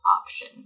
option